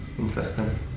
Interesting